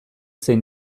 zein